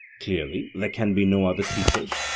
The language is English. clearly there can be no other teachers?